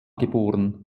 geboren